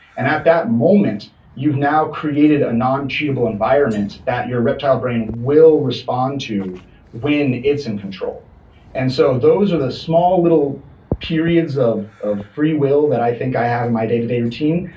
and at that moment you've now created a noncheatable environment that you're reptile brain will respond to when it's in control and so those are the small little periods of of freewill that i think i have in my day-to-day routine.